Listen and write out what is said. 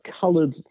coloured